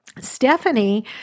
Stephanie